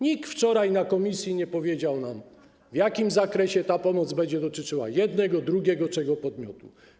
Nikt wczoraj w komisji nie powiedział nam, w jakim zakresie ta pomoc będzie dotyczyła jednego, drugiego, trzeciego podmiotu.